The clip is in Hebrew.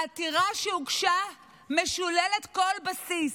העתירה שהוגשה משוללת כל בסיס.